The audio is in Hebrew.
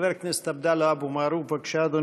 חבר הכנסת עבדאללה אבו מערוף, בבקשה, אדוני.